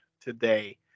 today